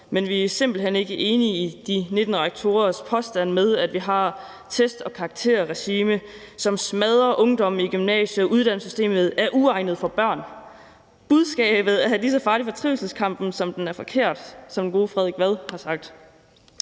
men vi er simpelt hen ikke enige i de 19 rektorers påstande om, at vi har et test- og karakterregime, som smadrer ungdommen i gymnasiet, og at uddannelsessystemet er uegnet for børn. Budskabet er lige så farligt for trivselskampen, som det er forkert, som gode Frederik Vad har sagt.